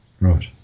right